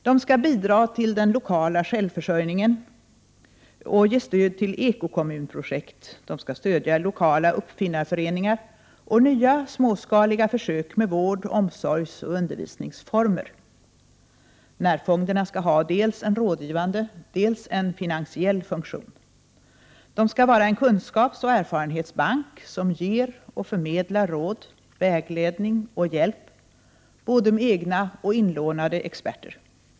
De skall bidra till den lokala självförsörjningen och ge stöd till ekokommunprojekt. De skall stödja lokala uppfinnarföreningar och nya småskaliga försök med vård-, omsorgsoch undervisningsformer. Närfonderna skall ha dels en rådgivande, dels en finansiell funktion. De skall vara en kunskapsoch erfarenhetsbank, som ger och förmedlar råd, vägledning och hjälp både med egna och med inlånade experter.